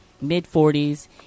mid-40s